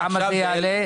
כמה זה יעלה?